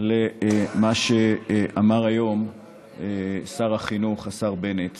למה שאמר היום שר החינוך השר בנט